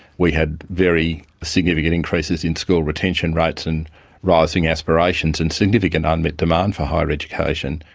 we had very significant increases in school retention rates and rising aspirations and significant unmet demand for higher education,